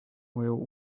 will